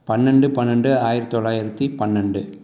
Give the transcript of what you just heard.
பன்னெரெண்டு பன்னெரெண்டு ஆயிரத்தி தொள்ளாயிரத்தி பன்னெரெண்டு